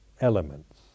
elements